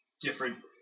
different